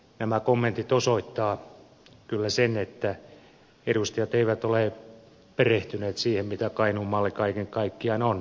nämä kommentit osoittavat kyllä sen että edustajat eivät ole perehtyneet siihen mitä kainuun malli kaiken kaikkiaan on